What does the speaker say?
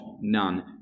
none